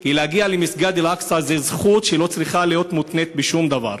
כי להגיע למסגד אל-אקצא זה זכות שלא צריכה להיות מותנית בשום דבר.